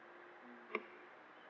mm